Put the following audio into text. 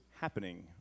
happening